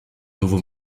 nouveau